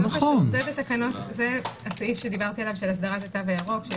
זה הסעיף שדיברתי עליו של הסדרת התו הירוק.